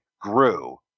grew